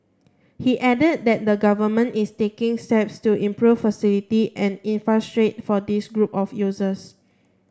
he added that the government is taking steps to improve facility and for this group of users